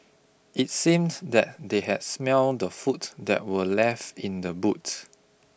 it seems that they had smelt the food that were left in the boot